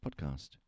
Podcast